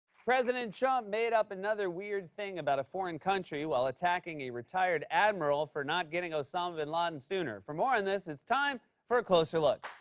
president trump made up another weird thing about a foreign country while attacking a retired admiral for not getting osama bin laden sooner. for more on this, it's time for a closer look.